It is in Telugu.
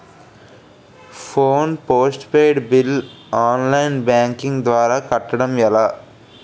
Phone postpaid bill online banking ద్వారా కట్టడం ఎలా?